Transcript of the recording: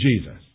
Jesus